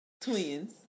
twins